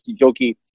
jokey